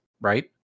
right